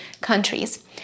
countries